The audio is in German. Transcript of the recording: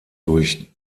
durch